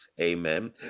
Amen